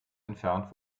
entfernt